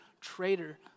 traitor